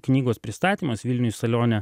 knygos pristatymas vilniuj salione